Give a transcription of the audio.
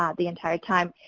um the entire time.